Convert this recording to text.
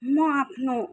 म आफ्नो